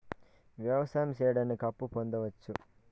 వ్యవసాయం సేయడానికి అప్పు పొందొచ్చా?